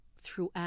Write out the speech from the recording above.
throughout